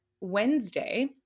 Wednesday